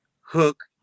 hook